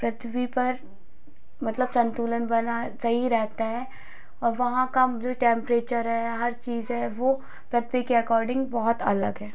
पृथ्वी पर मतलब संतुलन बना सही रहता है और वहाँ का जो टेंपरेचर है हर चीज़ है वो प्रथ्वी के अकॉर्डिंग बहुत अलग है